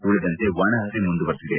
ಉಳಿದಂತೆ ಒಣಹವೆ ಮುಂದುವರಿದಿದೆ